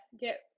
get